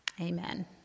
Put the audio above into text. Amen